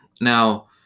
Now